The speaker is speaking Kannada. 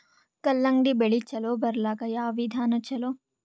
ಕಲ್ಲಂಗಡಿ ಬೆಳಿ ಚಲೋ ಬರಲಾಕ ಯಾವ ವಿಧಾನ ಚಲೋ?